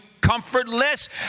comfortless